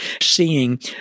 seeing